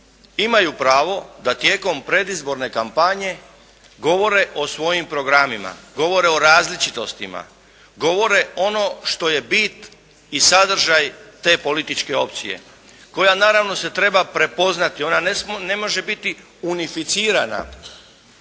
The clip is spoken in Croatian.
imaju pravo da tijekom predizborne kampanje govore o svojim programima, govore o različitostima, govore ono što je bit i sadržaj te političke opcije koja naravno se treba prepoznati, ona ne može biti unificirana